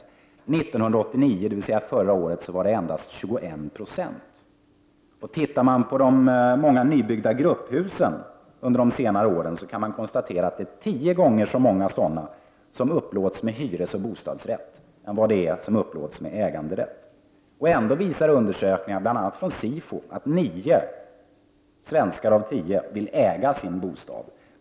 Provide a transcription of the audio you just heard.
1989, dvs. förra året, var motsvarande siffra endast 21 96. Om man studerar många av de under senare åren byggda grupphusen kan man konstatera att det är tio gånger fler av dem som upplåts med hyresoch bostadsrätt än med äganderätt. Ändå visar undersökningar, bl.a. från Sifo, att 9 svenskar av 10 vill äga sin bostad!